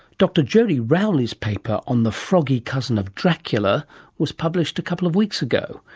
dr jodi rowley's paper on the froggy cousin of dracula was published a couple of weeks ago,